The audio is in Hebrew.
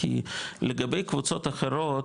כי לגבי קבוצות אחרות,